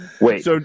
Wait